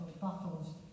bottles